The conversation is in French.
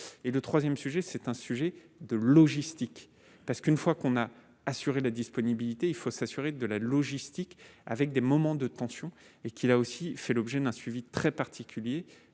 et le 3ème sujet c'est un sujet de logistique parce qu'une fois qu'on a assuré la disponibilité, il faut s'assurer de la logistique avec des moments de tension et qu'il a aussi fait l'objet d'un suivi très particulier